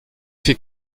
fait